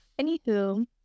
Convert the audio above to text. Anywho